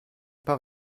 par